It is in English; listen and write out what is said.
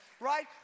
Right